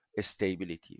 stability